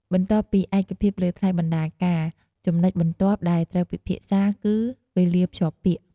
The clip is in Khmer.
បន្ទាប់ពីឯកភាពលើថ្លៃបណ្ណាការ ចំណុចបន្ទាប់ដែលត្រូវពិភាក្សាគឺ វេលាភ្ជាប់ពាក្យ។